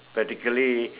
practically